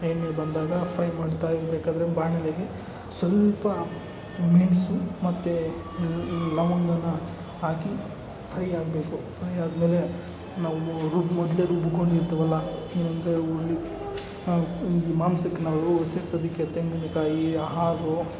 ಎಣ್ಣೆ ಬಂದಾಗ ಫ್ರೈ ಮಾಡ್ತಾಯಿರ್ಬೇಕಾದರೆ ಬಾಣಲೆಗೆ ಸ್ವಲ್ಪ ಮೆಣಸು ಮತ್ತೆ ಲವಂಗನಾ ಹಾಕಿ ಫ್ರೈ ಆಗಬೇಕು ಫ್ರೈ ಆದಮೇಲೆ ನಾವು ರುಬ್ಬಿ ಮೊದಲೇ ರುಬ್ಬಿಕೊಂಡಿರ್ತೀವಲ್ವಾ ಏನೆಂದ್ರೆ ಈ ಮಾಂಸಕ್ಕೆ ನಾವು ಸೇರಿಸೋದಕ್ಕೆ ತೆಂಗಿನಕಾಯಿ ಹಾಲು